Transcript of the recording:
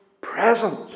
presence